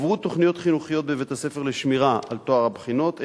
הועברו תוכניות חינוכיות בבית-הספר לשמירה על טוהר הבחינות,